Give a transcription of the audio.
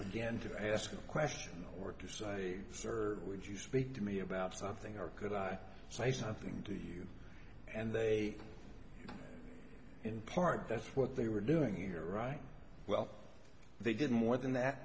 began to ask a question or two so i served would you speak to me about something or could i say something to you and they in part that's what they were doing here right well they didn't more than that